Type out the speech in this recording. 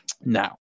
now